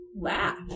laugh